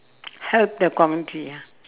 help the community ah